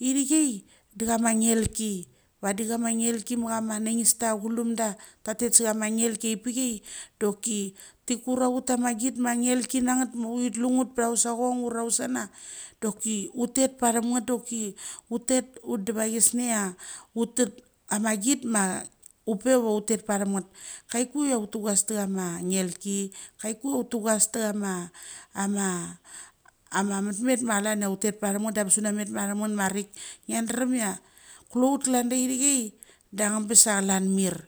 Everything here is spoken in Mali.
ithiai da kama ngelki, vadi kama ngel ki ma kama nangista chulumda ta tet sa kama ngelkiapai doki thi kur aut ma git ma ngel ki na ngeth ma uthi tlunget pra usong, ura usana dok doki ut tet pathem ngath doki ut tet ut de va chisnia, ut tut ama git ma upe ma utet parthem geth. Kaiku ia uttugas takama ngelki. Kaiku ia ut tugasta kama mutmet ma klan ia ut tet pathem geth da bes una met pathem gut marik. Ngiadrumia klout klan da ithikai da anabes ia klan mir.